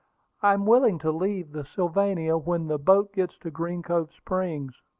i am willing to leave the sylvania when the boat gets to green cove springs,